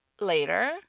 later